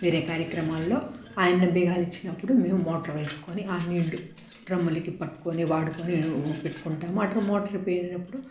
వేరే కార్యక్రమాల్లో ఆయన బీగాలు ఇచ్చినప్పుడు మేము మోటార్ వేసుకుని ఆ నీళ్ళు డ్రమ్ములకి పట్టుకొని వాడుకొని పెట్టుకుంటాము అట్లా మోటర్ పేలినప్పుడు